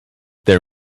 their